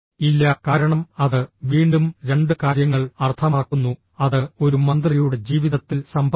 ഇല്ല കാരണം അത് വീണ്ടും രണ്ട് കാര്യങ്ങൾ അർത്ഥമാക്കുന്നു അത് ഒരു മന്ത്രിയുടെ ജീവിതത്തിൽ സംഭവിച്ചു